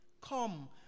Come